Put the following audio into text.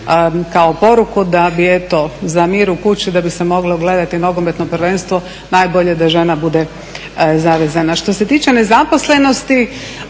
kao poruku da bi eto za mir u kući da bi se moglo gledati nogometno prvenstvo najbolje je da žena bude zavezana. Što se tiče nezaposlenosti,